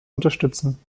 unterstützen